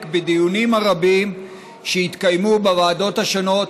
בדיונים הרבים שהתקיימו בוועדות השונות,